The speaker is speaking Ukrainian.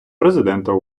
президента